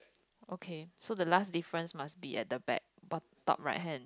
okay so the last difference must be at the back bottom top right hand